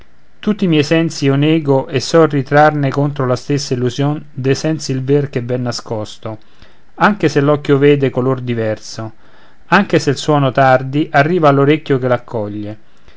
tutti i miei sensi io nego e so ritrarne contro la stessa illusïon de sensi il ver che v'è nascosto anche se l'occhio vede color diverso anche se il suono tardi arriva all'orecchio che l'accoglie